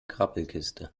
grabbelkiste